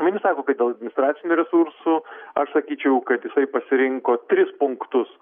vieni sako kad dėl administracinių resursų aš sakyčiau kad jisai pasirinko tris punktus